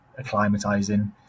acclimatizing